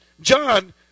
John